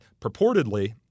purportedly